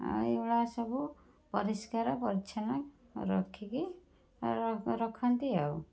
ଆଉ ଏ ଗୁଡ଼ା ସବୁ ପରିଷ୍କାର ପରିଚ୍ଛନ୍ନ ରଖିକି ରଖନ୍ତି ଆଉ